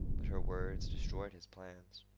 but her words destroyed his plans.